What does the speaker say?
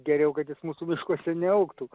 geriau kad jis mūsų miškuose neaugtų